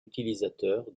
utilisateur